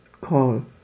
call